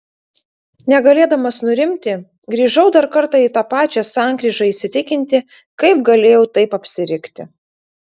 negalėdamas nurimti grįžau dar kartą į tą pačią sankryžą įsitikinti kaip galėjau taip apsirikti